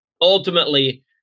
Ultimately